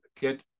get